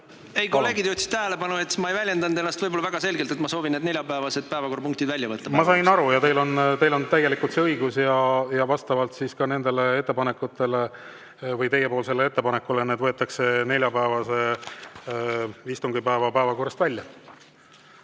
Ei, kolleegid juhtisid tähelepanu, et ma ei väljendanud ennast võib-olla väga selgelt. Ma soovin need neljapäevased päevakorrapunktid välja võtta. Ma sain aru ja teil on täielikult see õigus. Ja vastavalt siis sellele ettepanekule ehk teiepoolsele ettepanekule need võetakse neljapäevase istungipäeva päevakorrast välja.